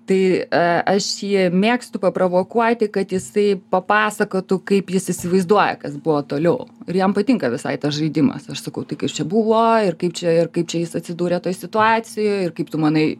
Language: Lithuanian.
tai aš jį mėgstu paprovokuoti kad jisai papasakotų kaip jis įsivaizduoja kas buvo toliau ir jam patinka visai tas žaidimas aš sakau tai kas čia buvo ir kaip čia ir kaip čia jis atsidūrė toj situacijoj ir kaip tu manai